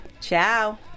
ciao